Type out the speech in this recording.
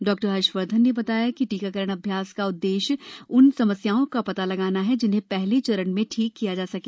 doctor Harshvardhan ने बताया कि टीकाकरण अभ्यास का उददेश्य उन समस्याओं का पता लगाना है जिन्हें पहले चरण में ठीक किया जा सके